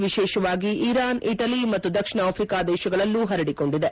ವಿಶೇಷವಾಗಿ Iran Italy ಮತ್ತು ದಕ್ಷಿಣ ಆಫ್ರಿಕಾ ದೇಶಗಳಲ್ಲೂ ಪರಡಿಕೊಂಡಿದೆ